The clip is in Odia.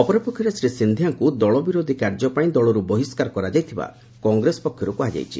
ଅପରପକ୍ଷରେ ଶ୍ରୀ ସନ୍ଧିଆଙ୍କ ଦଳ ବିରୋଧୀ କାର୍ଯ୍ୟ ପାଇଁ ଦଳରୁ ବହିଷ୍କାର କରାଯାଇଥିବା କଂଗ୍ରେସ ପକ୍ଷରୁ କୁହାଯାଇଛି